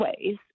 ways